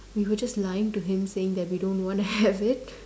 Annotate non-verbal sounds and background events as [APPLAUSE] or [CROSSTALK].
we were just to lying him saying that we don't want to [LAUGHS] have it